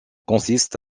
consiste